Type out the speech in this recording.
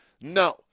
no